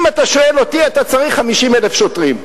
אם אתה שואל אותי, אתה צריך 50,000 שוטרים.